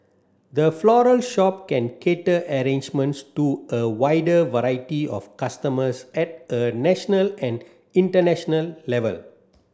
the floral shop can cater arrangements to a wider variety of customers at a national and international level